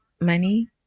money